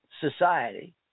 society